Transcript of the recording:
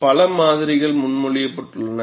பல மாதிரிகள் முன்மொழியப்பட்டுள்ளன